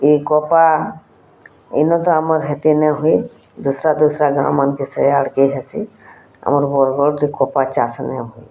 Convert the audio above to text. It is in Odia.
ଇ କପା ଇନୁ ତ ଆମର୍ ହେତେ ନେଇ ହୁଏ ଦୁସ୍ରା ଦୁସ୍ରା ଗାଁ ମାନ୍କେ ସେଆଡ଼୍କେ ହେସି ଆମର୍ ବର୍ଗଡ଼୍ରେ କପା ଚାଷ୍ ନେଇ ହୁଏ